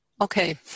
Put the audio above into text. Okay